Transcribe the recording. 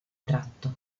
tratto